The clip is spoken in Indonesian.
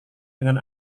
dengan